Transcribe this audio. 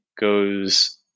goes